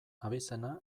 abizena